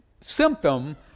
symptom